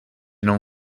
non